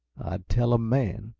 i'd tell a man!